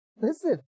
Listen